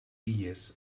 illes